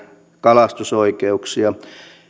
kalastusoikeuksia